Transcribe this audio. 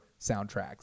soundtracks